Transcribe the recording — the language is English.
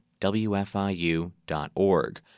wfiu.org